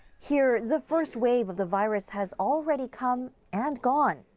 here, the first wave of the virus has already come and gone.